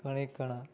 ઘણે ઘણા